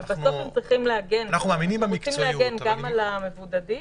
בסוף הם צריכים להגן גם על המבודדים,